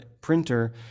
printer